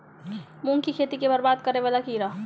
मूंग की खेती केँ बरबाद करे वला कीड़ा?